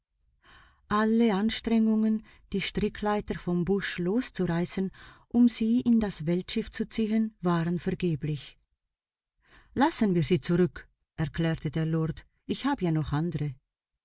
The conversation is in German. alle anstrengungen die strickleiter vom busch loszureißen um sie in das weltschiff zu ziehen waren vergeblich lassen wir sie zurück erklärte der lord ich habe ja noch andre